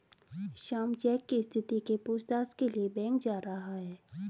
Shyam cheque की स्थिति के पूछताछ के लिए बैंक जा रहा है